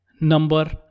number